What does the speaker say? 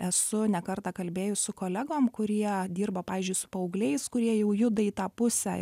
esu ne kartą kalbėjus su kolegom kurie dirba pavyzdžiui su paaugliais kurie jau juda į tą pusę